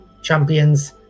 Champions